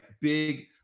big